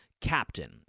captain